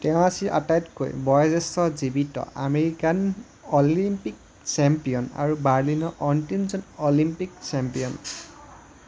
তেওঁ আছিল আটাইতকৈ বয়োজ্যেষ্ঠ জীৱিত আমেৰিকান অলিম্পিক চেম্পিয়ন আৰু বাৰ্লিনৰ অন্তিমজন অলিম্পিক চেম্পিয়ন